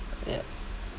ya